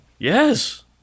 Yes